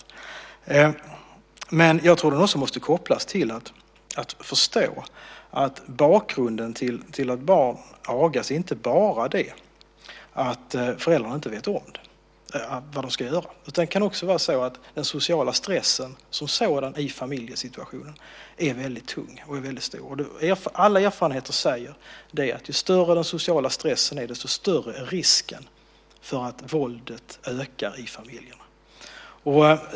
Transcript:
Dock tror jag att frågan också måste kopplas till - och det måste man förstå - att bakgrunden till att barn agas inte bara är att föräldrarna inte vet hur de ska göra. Det kan också vara så att den sociala stressen som sådan i familjesituationen är väldigt stor och tung. Alla erfarenheter säger att ju större den sociala stressen är, desto större är risken för att våldet ökar i familjen.